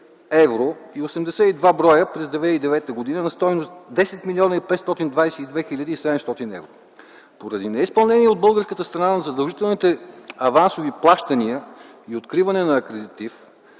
евро и 82 бр. през 2009 г. на стойност 10 млн. 522 хил. 700 евро. Поради неизпълнение от българската страна на задължителните авансови плащания и откриване на акредитив